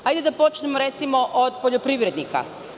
Hajde da počnemo, recimo, od poljoprivrednika.